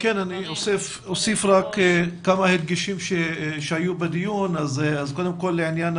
אני אוסיף רק כמה הדגשים שהיו בדיון אז קודם כול לעניין